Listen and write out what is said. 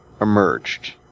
emerged